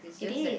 it is